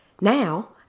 Now